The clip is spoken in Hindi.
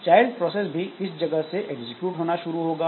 चाइल्ड प्रोसेस भी इस जगह से एग्जीक्यूट होना शुरू होगा